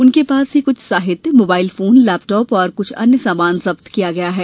उनके पास से कुछ साहित्य मोबाइल फोन लैपटॉप और कुछ अन्य सामान जब्त कर लिए गए हैं